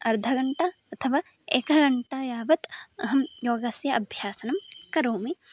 अर्धघण्टा अथवा एकघण्टा यावत् अहं योगस्य अभ्यासनं करोमि